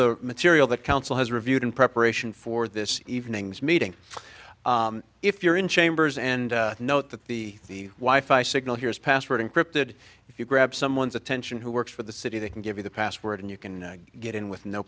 the material that council has reviewed in preparation for this evening's meeting if you're in chambers and note that the wife i signal here is password encrypted if you grab someone's attention who works for the city they can give you the password and you can get in with no